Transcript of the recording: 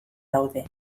daude